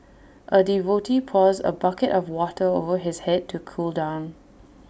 A devotee pours A bucket of water over his Head to cool down